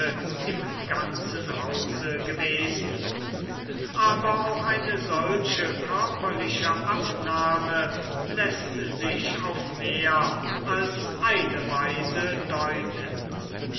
im ganzen hause gewesen aber auch eine solche körperliche abnahme läßt sich auf mehr als eine weise deuten